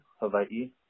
Hawaii